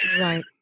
Right